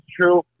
true